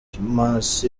hamas